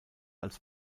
als